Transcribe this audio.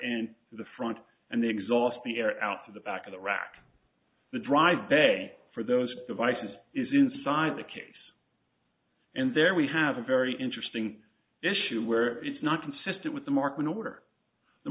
in the front and they exhaust the air out of the back of the rack the drive bay for those devices is inside the case and there we have a very interesting issue where it's not consistent with the mark in order the